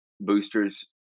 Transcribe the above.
boosters